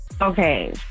Okay